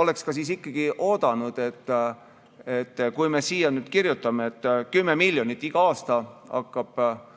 oleks ikkagi oodanud, et kui me siia nüüd kirjutame, et 10 miljonit hakkab